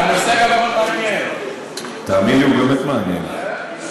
תאמין לי, באמת מעניין.